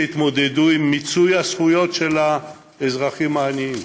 שיתמודדו עם מיצוי הזכויות של האזרחים העניים.